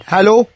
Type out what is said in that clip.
Hello